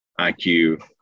IQ